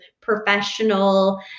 professional